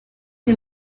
wir